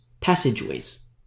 Passageways